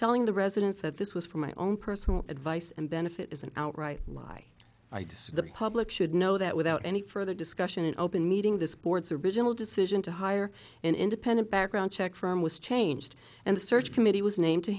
telling the residents that this was for my own personal advice and benefit is an outright lie i just the public should know that without any further discussion and open meeting this board's original decision to hire an independent background check from was changed and the search committee was named to